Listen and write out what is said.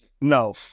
No